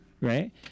right